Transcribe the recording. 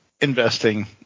investing